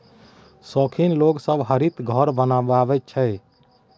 शौखीन लोग सब हरित घर बनबैत छै